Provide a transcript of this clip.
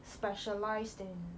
specialized in